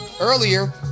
earlier